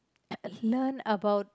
learn about